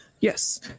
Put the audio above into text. Yes